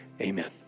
Amen